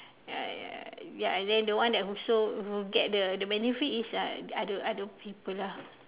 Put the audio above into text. I ya and then the one who sow who get the the benefit is uh other other people lah